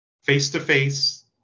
Face-to-face